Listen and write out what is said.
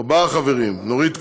ארבעה חברים: נורית קורן,